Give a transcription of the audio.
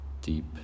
deep